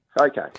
Okay